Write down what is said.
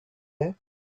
that